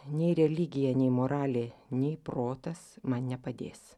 nei religija nei moralė nei protas man nepadės